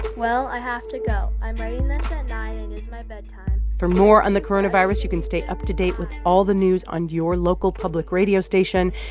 well, i have to go. i'm writing this at ah nine, and it's my bedtime for more on the coronavirus, you can stay up to date with all the news on your local public radio station.